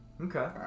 Okay